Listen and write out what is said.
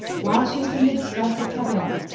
while she was in the dis tress of travail,